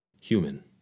human